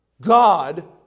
God